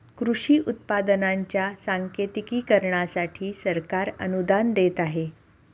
कृषी उत्पादनांच्या सांकेतिकीकरणासाठी सरकार अनुदान देत आहे